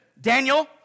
Daniel